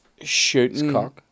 shooting